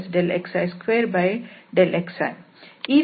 ಇದರ ಮೌಲ್ಯ li2xi2xi